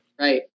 Right